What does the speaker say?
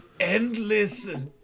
endless